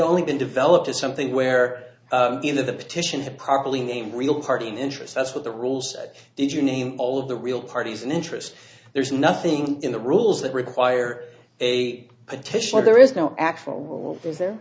only been developed as something where in the petition probably named real party in interest that's what the rules did you name all of the real parties in interest there's nothing in the rules that require a petition or there is no actual is there